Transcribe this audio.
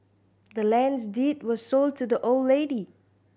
the land's deed was sold to the old lady